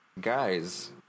guys